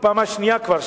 בפעם השנייה כבר,